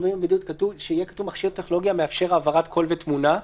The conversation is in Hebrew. שיהיה כתוב "מכשיר טכנולוגיה המאפשר העברת קול ותמונה".